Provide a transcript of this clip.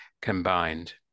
combined